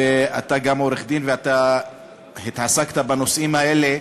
אתה גם עורך-דין וגם התעסקת בנושאים האלה.